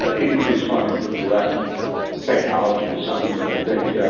ah increased funding for direct technology is something that i think